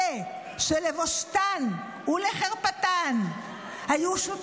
שמנסור עבאס הסביר פעם אחר פעם שהיא יותר חשובה,